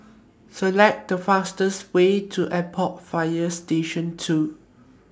Select The fastest Way to Airport Fire Station two